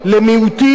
לכולם.